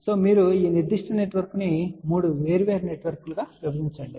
కాబట్టి మీరు ఈ నిర్దిష్ట నెట్వర్క్ను 3 వేర్వేరు నెట్వర్క్లుగా విభజించండి